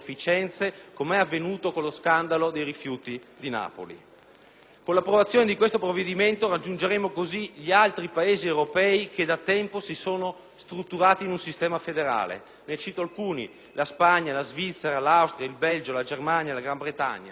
Con l'approvazione di questo provvedimento raggiungeremo così gli altri Paesi europei che da tempo si sono strutturati in un sistema federale; ne cito alcuni: la Spagna, la Svizzera, l'Austria, il Belgio, la Germania, la Gran Bretagna. Noi come loro.